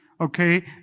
Okay